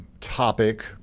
Topic